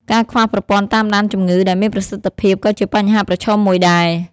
ការខ្វះប្រព័ន្ធតាមដានជំងឺដែលមានប្រសិទ្ធភាពក៏ជាបញ្ហាប្រឈមមួយដែរ។